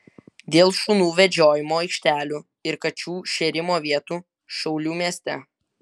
dėl šunų vedžiojimo aikštelių ir kačių šėrimo vietų šiaulių mieste